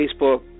Facebook